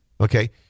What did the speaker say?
Okay